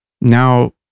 Now